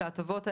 שההטבות האלה,